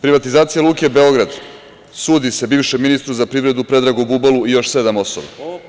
Privatizacija Luke Beograd, sudi se bivšem ministru za privredu Predragu Bubalu i još sedam osoba.